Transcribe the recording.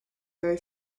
very